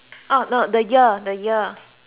oh the year